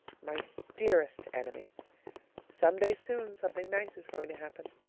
my dearest enemy some day soon something nice is going to happen.